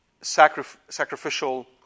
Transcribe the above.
sacrificial